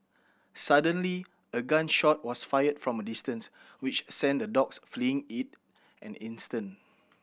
suddenly a gun shot was fired from a distance which sent the dogs fleeing in an instant